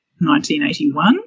1981